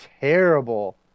terrible